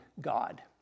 God